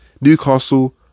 Newcastle